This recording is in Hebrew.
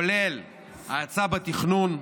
כולל האצה בתכנון.